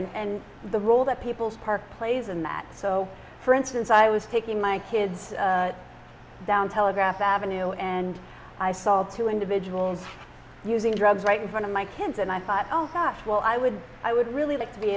behavior and the role that people's park plays in that so for instance i was taking my kids down telegraph avenue and i saw two individuals using drugs right in front of my kids and i thought well i would i would really like to be